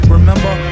Remember